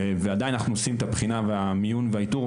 ועדיין אנחנו עושים את הבחינה והמיון והאיתור.